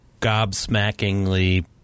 gobsmackingly